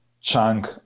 chunk